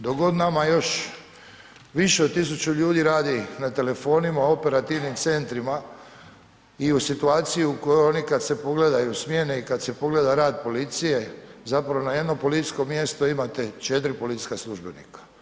Dok god nama još više od 1000 ljudi radi na telefonima, operativnim centrima i u situaciju u kojoj oni kad se pogledaju smjene i kad se pogleda rad policije, zapravo na jedno policijsko mjesto imate 4 policijska službenika.